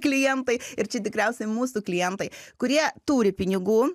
klientai ir čia tikriausiai mūsų klientai kurie turi pinigų